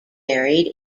buried